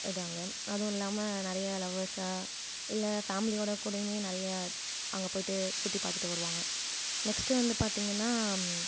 அதாங்க அதுவுமில்லாமல் நிறைய லவ்ர்ஸ்ஸாக இல்லை ஃபேமிலியோட கூடயுமே நிறைய அங்கே போய்விட்டு சுற்றிபாத்துட்டு வருவாங்க நெக்ஸ்ட் வந்து பார்த்திங்கனா